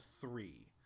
three